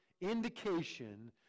indication